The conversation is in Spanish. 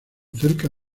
cerca